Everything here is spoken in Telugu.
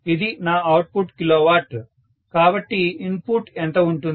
ఇది నా అవుట్పుట్ kW కాబట్టి ఇన్పుట్ ఎంత ఉంటుంది